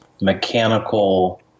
mechanical